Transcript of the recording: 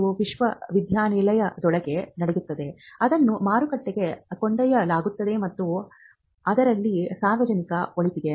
ಇದು ವಿಶ್ವವಿದ್ಯಾನಿಲಯದೊಳಗೆ ನಡೆಯುತ್ತದೆ ಅದನ್ನು ಮಾರುಕಟ್ಟೆಗೆ ಕೊಂಡೊಯ್ಯಲಾಗುತ್ತದೆ ಮತ್ತು ಅದರಲ್ಲಿ ಸಾರ್ವಜನಿಕ ಒಳಿತಿದೆ